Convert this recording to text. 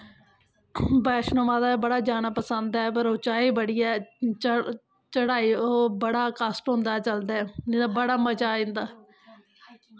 बैष्णो माता दे जाना बड़ा पसंद ऐ पर उंचाई बड़ी ऐ चढ़ चढ़ाई ओह् बड़ा कश्ट होंदा ऐ चलदे नेईं ते बड़ा मजा आई जंदा